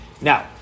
Now